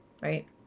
right